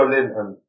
Linton